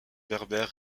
berbère